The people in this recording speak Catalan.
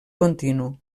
continu